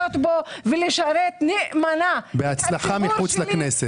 בו ולשרת נאמנה -- בהצלחה מחוץ לכנסת.